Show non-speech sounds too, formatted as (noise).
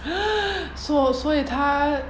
(noise) 所所以他